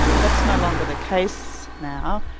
that's no longer the case now,